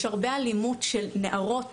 יש הרבה אלימות של נערות,